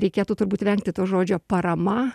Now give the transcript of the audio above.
reikėtų turbūt vengti to žodžio parama